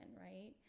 right